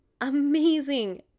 amazing